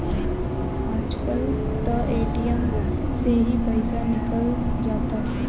आज कल त ए.टी.एम से ही पईसा निकल जाता